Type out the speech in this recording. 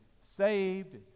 saved